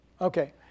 Okay